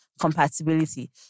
compatibility